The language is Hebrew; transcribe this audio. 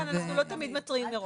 אנחנו לא תמיד מתריעים מראש.